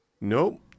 Nope